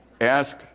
Ask